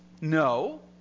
no